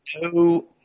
no